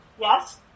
Yes